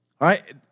right